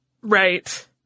Right